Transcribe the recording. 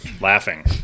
Laughing